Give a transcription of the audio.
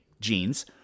genes